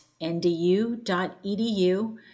ndu.edu